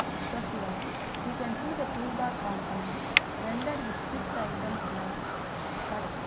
so here you can see the toolbar component rendered with six items like cut,